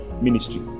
ministry